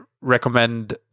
recommend